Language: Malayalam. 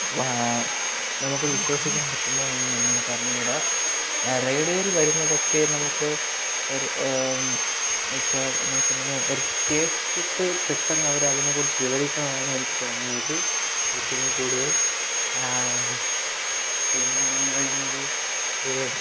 വാ നമുക്ക് വിശ്വസിക്കാന് പറ്റുമോ എന്ന് നമുക്ക് അറിഞ്ഞുകൂടാ റേഡിയോയില് വരുന്നത് ഒക്കെ നമുക്ക് ഒരു വെച്ചാൾ നമുക്ക് അന്നേരം ഒരു കേട്ടിട്ട് പെട്ടെന്ന് അവർ അതിനെക്കുറിച്ച് വിവരിക്കുന്നതാണ് എനിക്ക് തോന്നിയത് ഏറ്റവും കൂടുതല് പിന്നെ വരുന്നത് ഈ